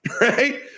right